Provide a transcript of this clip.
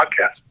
podcast